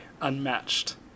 unmatched